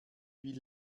wie